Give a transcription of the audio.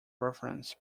reference